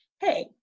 hey